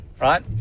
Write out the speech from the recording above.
right